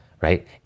right